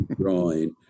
drawing